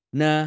na